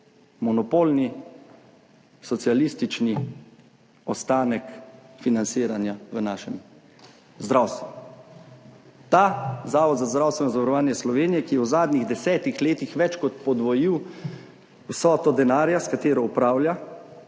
Monopolni socialistični ostanek financiranja v našem zdravstvu. Ta Zavod za zdravstveno zavarovanje Slovenije, ki je v zadnjih desetih letih več kot podvojil vsoto denarja, s katero upravlja,